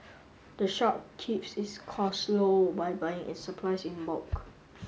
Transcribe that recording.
the shop keeps its costs low by buying its supplies in bulk